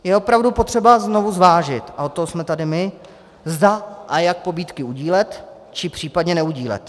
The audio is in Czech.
Je opravdu potřeba znovu zvážit, a od toho jsme tady my, zda a jak pobídky udílet, či případně neudílet.